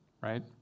right